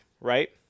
right